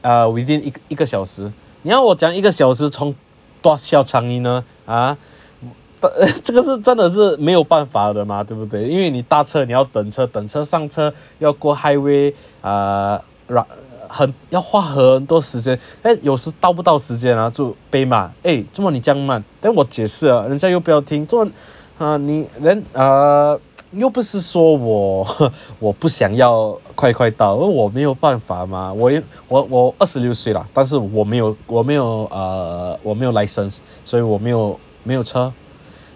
uh within 一个小时你我要我怎样一个小时从 tuas 去到 changi 呢 ah 这个是真的是没有办法的嘛对不对因为你搭车你要等车等车上车要过 highway uh 然很要花很多时间有时到不到时间就被骂为什么这么慢 then 我解释人家又不要听转 then err 又不是说我我不想要快快到我没有办法吗我我二十六岁 lah 但是我没有 uh 没有 uh 我没有 license 所以我没有没有车